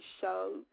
show